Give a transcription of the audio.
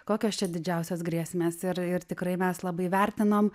kokios čia didžiausios grėsmės ir ir tikrai mes labai vertinom